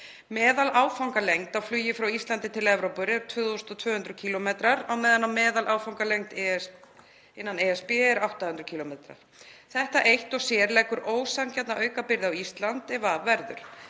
Meðaláfangalengd á flugi frá Íslandi til Evrópu er 2.200 km en meðaláfangalengd innan ESB er 800 km. Þetta eitt og sér leggur ósanngjarna aukabyrði á Ísland ef af verður.